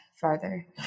farther